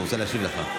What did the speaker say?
הוא רוצה להשיב לך.